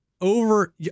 over